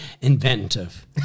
inventive